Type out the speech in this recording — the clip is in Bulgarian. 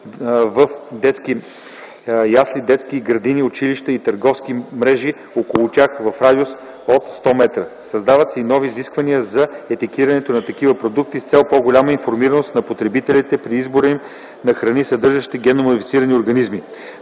в детски ясли, детски градини, училища и търговски мрежи около тях в радиус от 100 м. Създават се и нови изисквания за етикетирането на такива продукти с цел по-голяма информираност на потребителите при избора на храни, съдържащи генно модифицирани организми.